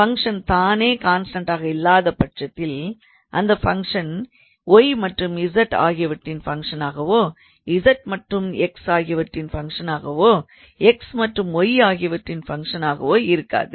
function தானே constant ஆக இல்லாத பட்சத்தில் அந்த ஃபங்க்ஷன் y மற்றும் z ஆகியவற்றின் ஃபங்க்ஷன் ஆகவோ z மற்றும் x ஆகியவற்றின் ஃபங்க்ஷன் ஆகவோ x மற்றும் y ஆகியவற்றின் ஃபங்க்ஷன் ஆகவோ இருக்காது